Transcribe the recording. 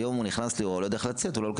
היום --- הוא לא לוקח את הסיכון.